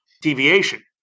deviation